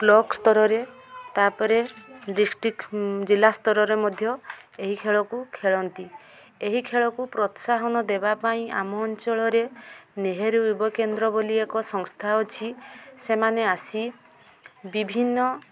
block ସ୍ତରରେ ତାପରେ district ଜିଲ୍ଲା ସ୍ତରରେ ମଧ୍ୟ ଏହି ଖେଳକୁ ଖେଳନ୍ତି ଏହି ଖେଳକୁ ପ୍ରୋତ୍ସାହନ ଦେବା ପାଇଁ ଆମ ଅଞ୍ଚଳରେ ନେହେରୁ ଯୁବ କେନ୍ଦ୍ର ବୋଲି ଏକ ସଂସ୍ଥା ଅଛି ସେମାନେ ଆସି ବିଭିନ୍ନ